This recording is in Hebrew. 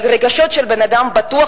אבל רגשות של בן-אדם בטוח,